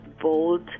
bold